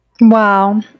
Wow